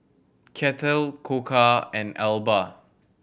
Kettle Koka and Alba